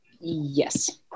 yes